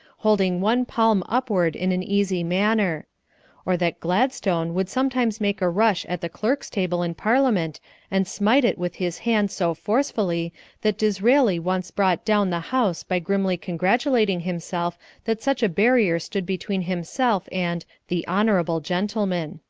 holding one palm upward in an easy manner or that gladstone would sometimes make a rush at the clerk's table in parliament and smite it with his hand so forcefully that d'israeli once brought down the house by grimly congratulating himself that such a barrier stood between himself and the honorable gentleman.